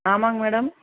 ஆமாம்ங்க மேடம்